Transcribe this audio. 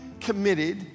committed